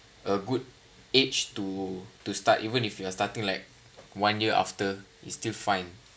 a good a good age to to start even if you are starting like one year after is still fine